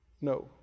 No